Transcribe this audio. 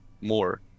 more